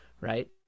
right